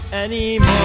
anymore